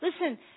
Listen